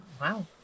wow